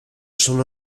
son